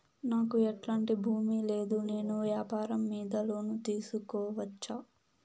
నాకు ఎట్లాంటి భూమి లేదు నేను వ్యాపారం మీద లోను తీసుకోవచ్చా?